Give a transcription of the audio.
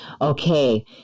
Okay